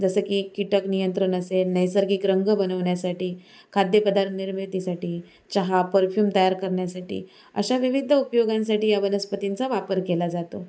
जसं की कीटक नियंत्रण असेल नैसर्गिक रंग बनवण्यासाठी खाद्यपदार्थ निर्मितीसाठी चहा परफ्यूम तयार करण्यासाठी अशा विविध उपयोगांसाठी या वनस्पतींचा वापर केला जातो